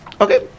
Okay